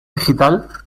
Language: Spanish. digital